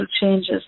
changes